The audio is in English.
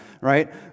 right